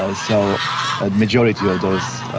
ah so a majority of those